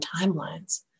timelines